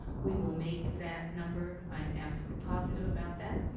we will make that number. i am absolutely positive about that.